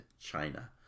China